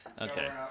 Okay